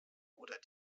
oder